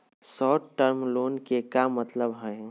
Short term loan के का मतलब हई?